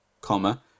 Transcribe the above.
comma